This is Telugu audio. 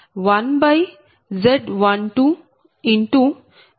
4j0